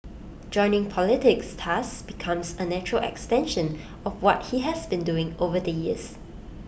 joining politics thus becomes A natural extension of what he has been doing over the years